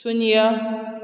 ꯁꯨꯟꯅꯤꯌꯥ